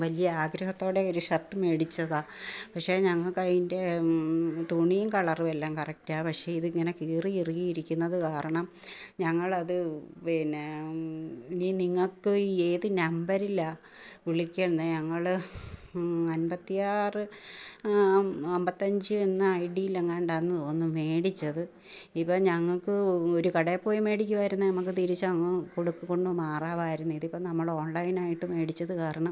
വലിയ ആഗ്രഹത്തോടെ ഒരു ഷർട്ട് മേടിച്ചതാണ് പക്ഷേ ഞങ്ങൾക്ക് അതിൻ്റെ തുണീം കളറുമെല്ലാം കറക്റ്റാ പക്ഷേ ഇതിങ്ങനെ കീറി ഇറുകിയിരിക്കുന്നത് കാരണം ഞങ്ങളത് പിന്നെ ഇനി നിങ്ങൾക്ക് ഈ ഏത് നമ്പറിലാണ് വിളിക്കുന്നെ ഞങ്ങൾ അൻപത്തി ആറ് അൻപത്തി അഞ്ച് എന്ന ഐ ഡിയിലെങ്ങാണ്ടാന്ന് തോന്നുന്നു മേടിച്ചത് ഇപ്പോൾ ഞങ്ങൾക്ക് ഒരു കടയിൽ പോയി മേടിക്കുവായിരുന്നേൽ നമുക്ക് തിരിച്ചങ്ങ് കൊടുത്ത് കൊണ്ടു മാറാമായിരുന്നു ഇതിപ്പോൾ നമ്മളോൺലൈനായിട്ട് മേടിച്ചത് കാരണം